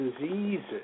diseases